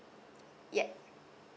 ya